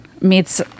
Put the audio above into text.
meets